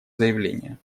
заявление